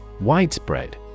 Widespread